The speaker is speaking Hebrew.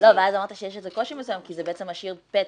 ואז אמרת שיש קושי מסוים כי זה משאיר פתח,